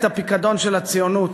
את הפיקדון של הציונות